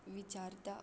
विचारता